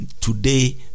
Today